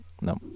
no